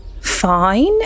fine